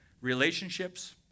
relationships